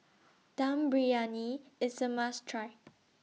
Dum Briyani IS A must Try